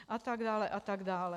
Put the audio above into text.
A tak dále, a tak dále.